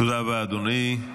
תודה רבה, אדוני.